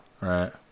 Right